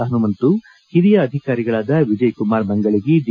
ಪನುಮಂತು ಹಿರಿಯ ಅಧಿಕಾರಿಗಳಾದ ವಿಜಯಕುಮಾರ್ ಮಂಗಳಗಿ ಡಿ